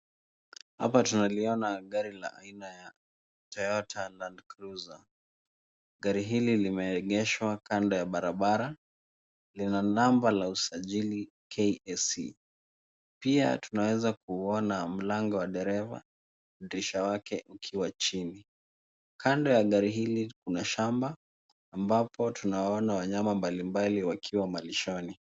Hapa tunaliona gari aina ya toyota Land Cruiser. Gari hili limeegeshwa kando ya barabara. Lina namba ya usajili KAC. Pia tunaweza kuona mlango wa dereva dirisha wake ukiwa chini. Kando ya gari hili kuna shamba ambapo tunawaona wanyama mbalimbali wakiwa malishoni.